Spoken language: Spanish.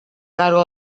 cargo